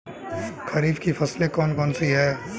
खरीफ की फसलें कौन कौन सी हैं?